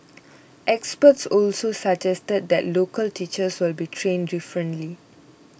experts also suggested that local teachers will be trained differently